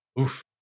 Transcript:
oof